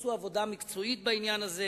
עשו עבודה מקצועית בעניין הזה,